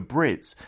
Brits